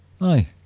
Aye